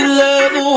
love